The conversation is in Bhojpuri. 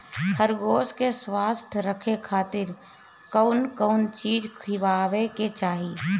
खरगोश के स्वस्थ रखे खातिर कउन कउन चिज खिआवे के चाही?